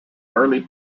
early